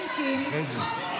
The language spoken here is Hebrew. איפה ראש